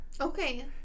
okay